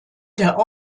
der